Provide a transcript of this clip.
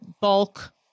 bulk